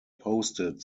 posted